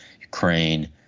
Ukraine